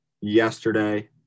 yesterday